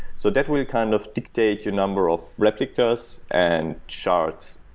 so that will kind of dictate your number of replicas and shards.